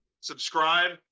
subscribe